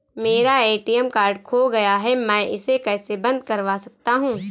मेरा ATM card खो गया है मैं इसे कैसे बंद करवा सकता हूँ?